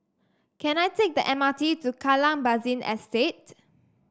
can I take the M R T to Kallang Basin Estate